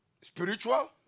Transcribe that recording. Spiritual